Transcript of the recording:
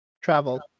travel